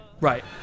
Right